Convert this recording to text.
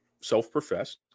self-professed